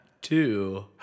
Two